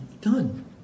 done